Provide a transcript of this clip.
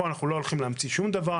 פה אנחנו לא הולכים להמציא שום דבר,